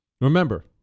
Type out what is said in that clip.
Remember